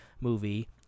movie